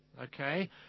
Okay